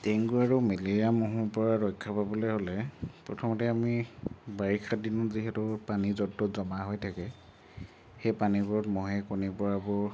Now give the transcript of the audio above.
dengue আৰু malaria ম'হৰ পৰা ৰক্ষা পাবলৈ হ'লে প্ৰথমতে আমি বাৰিষা দিনত যিহেতু পানী য'ত ত'ত জমা হৈ থাকে সেই পানীবোৰত মহে কণী পৰাবোৰ